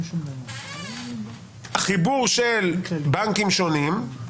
חיבור של בנקים שונים.